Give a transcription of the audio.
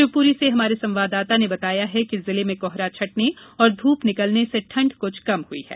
शिवपुरी से हमारे संवाददाता ने बताया है कि जिले में कोहरा छटने और धूप निकलने से ठंड कुछ कम हुई है